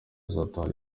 azataha